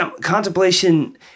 contemplation